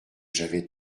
j’avais